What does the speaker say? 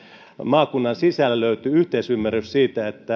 maakunnan sisällä löytyy yhteisymmärrys siitä